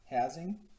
Housing